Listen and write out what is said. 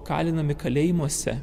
kalinami kalėjimuose